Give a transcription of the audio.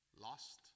lost